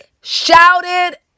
shouted